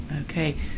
Okay